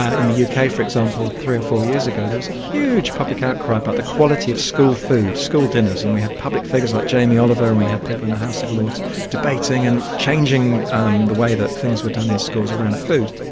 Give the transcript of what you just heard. ah in the uk for example, three or four years ago there was a huge public outcry about the quality of school food, school dinners, and we had public figures like jamie oliver and we had people in the house of lords debating and changing um the way that things were done in schools around food.